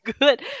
good